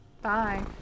Bye